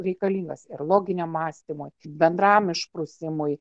reikalingas ir loginiam mąstymui bendram išprusimui